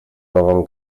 новом